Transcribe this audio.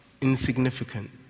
insignificant